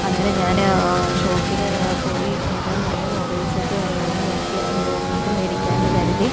അങ്ങനെ ഞാൻ ഷോപ്പിൽ പോയി ഏതാണ് നല്ല മൊബൈൽ സെറ്റ് ഉള്ളതെന്ന് നോക്കി നോക്കിയിട്ട് മേടിക്കാം എന്നു കരുതി